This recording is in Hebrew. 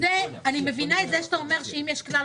אני מבינה את זה שאתה אומר שאם יש כלל,